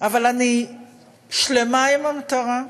אבל אני שלמה עם המטרה.